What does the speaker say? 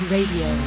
Radio